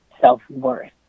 self-worth